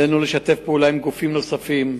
עלינו לשתף פעולה עם גופים נוספים,